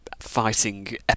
fighting